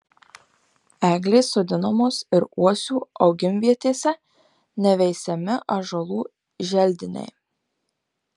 eglės sodinamos ir uosių augimvietėse neveisiami ąžuolų želdiniai